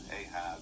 Ahab